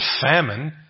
famine